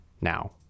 now